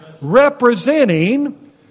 representing